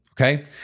okay